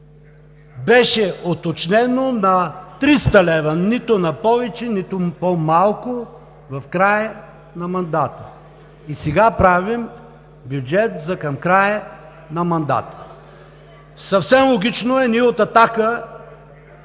беше уточнено на 300 лв. – нито повече, нито по-малко в края на мандата. И сега правим бюджет за към края на мандата. Съвсем логично е ние от „Атака“